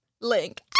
link